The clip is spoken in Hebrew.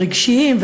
ורגשיים,